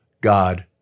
God